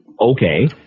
Okay